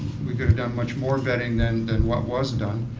we could have done much more vetting than and what was done.